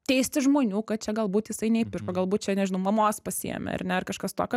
teisti žmonių kad čia galbūt jisai neįpirko galbūt čia nežinau mamos pasiėmė ar ne ar kažkas tokio